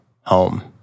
home